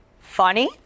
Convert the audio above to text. funny